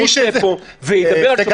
רוצה פה --- ועדת חוקה -- שמעת את עצמך?